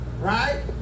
right